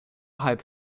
halb